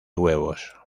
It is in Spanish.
huevos